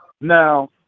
Now